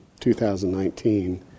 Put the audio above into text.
2019